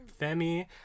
Femi